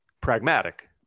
Pragmatic